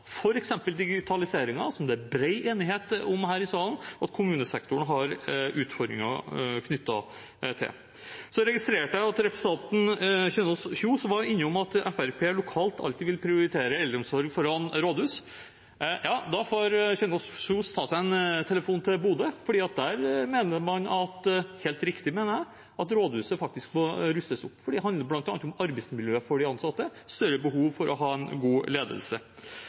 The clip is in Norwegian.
som det er bred enighet om her i salen at kommunesektoren har utfordringer knyttet til. Så registrerte jeg at representanten Kjønaas Kjos var innom at Fremskrittspartiet lokalt alltid vil prioritere eldreomsorg foran rådhus. Da får Kjønaas Kjos ta en telefon til Bodø, for der mener man – helt riktig, mener jeg – at rådhuset faktisk må rustes opp, for det handler bl.a. om arbeidsmiljøet for de ansatte og større behov for å ha en god ledelse.